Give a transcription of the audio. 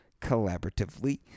collaboratively